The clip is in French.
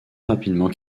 rapidement